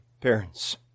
parents